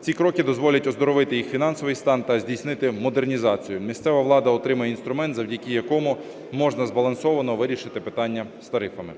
Ці кроки дозволять оздоровити їх фінансовий стан та здійснити модернізацію. Місцева влада отримає інструмент, завдяки якому можна збалансовано вирішити питання з тарифами.